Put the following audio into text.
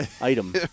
item